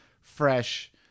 fresh